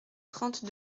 trente